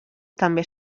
també